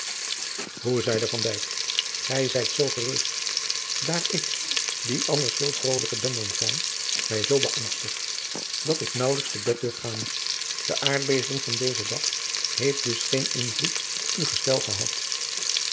hoe zeide van dijk gij zijt zoo gerust daar ik die anders veel vrolijker ben dan gij mij zoo beangstig dat ik naauwelijks te bed durf gaan de aardbeving van dezen dag heeft dus geen invloed op uw gestel gehad